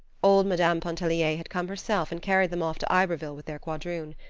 old madame pontellier had come herself and carried them off to iberville with their quadroon.